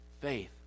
Faith